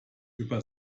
über